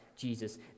Jesus